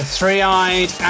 three-eyed